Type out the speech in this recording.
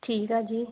ਠੀਕ ਆ ਜੀ